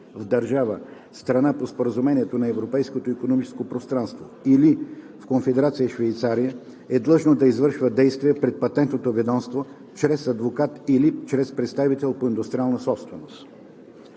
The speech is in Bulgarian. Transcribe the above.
в държава – страна по Споразумението за Европейското икономическо пространство, или в Конфедерация Швейцария, е длъжно да извършва действия пред Патентното ведомство чрез адвокат или чрез представител по индустриална собственост.”